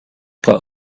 got